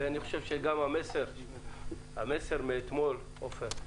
ואני חושב שגם המסר מאתמול עופר?